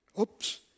oops